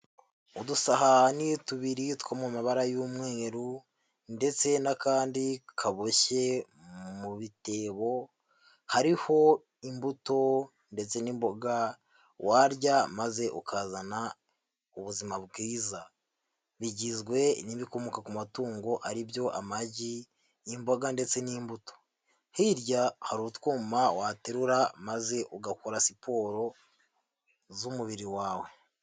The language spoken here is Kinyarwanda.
Udusahani tubiri two mu mabara y'umweru ndetse n'akandi kaboshye mu bitebo, hariho imbuto ndetse n'imboga warya maze ukazana ubuzima bwiza, bigizwe n'ibikomoka ku matungo ari byo amagi, imboga ndetse n'imbuto, hirya hari utwuma waterura maze ugakora siporo z'umubiri wawe.